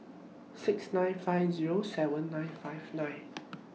six nine five Zero seven nine five nine